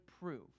prove